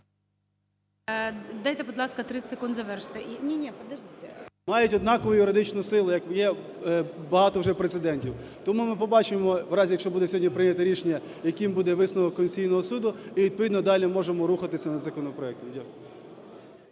Дайте, будь ласка, 30 секунд завершити. КНІЗЕВИЧ Р.П. Мають однакову юридичну силу, як є багато вже прецедентів. Тому ми побачимо у разі, якщо буде прийнято сьогодні рішення, яким буде висновок Конституційного Суду, і відповідно далі можемо рухатись над законопроектами.